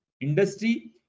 industry